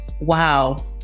Wow